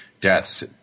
deaths